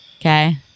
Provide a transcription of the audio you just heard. Okay